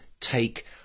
take